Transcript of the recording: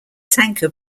tanker